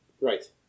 Right